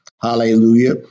Hallelujah